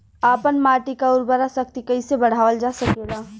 आपन माटी क उर्वरा शक्ति कइसे बढ़ावल जा सकेला?